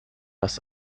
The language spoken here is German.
das